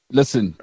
Listen